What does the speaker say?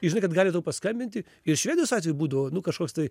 ir žinai kad gali tau paskambinti ir švedijos atveju būdavo nu kažkoks tai